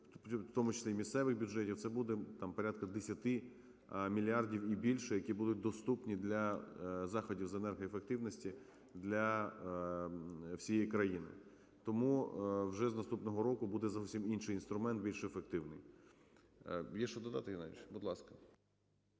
в тому числі і місцевих бюджетів, це буде, там, порядка 10 мільярдів і більше, які будуть доступні для заходів з енергоефективності для всієї країни. Тому вже з наступного року буде зовсім інший інструмент, більш ефективний. Є що додати, Геннадій Григорович? Будь ласка.